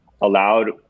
allowed